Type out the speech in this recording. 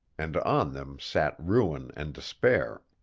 and on them sat ruin and despair.